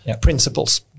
principles